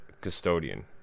custodian